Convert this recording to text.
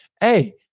Hey